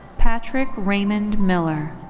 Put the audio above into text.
patrick raymond miller.